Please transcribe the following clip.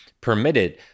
permitted